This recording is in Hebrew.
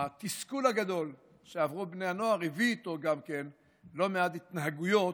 התסכול הגדול שעברו בני הנוער הביא איתו גם לא מעט התנהגויות,